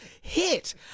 hit